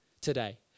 today